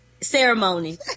ceremony